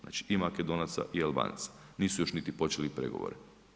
Znači i Makedonaca i Albanaca, nisu još niti počeli pregovore.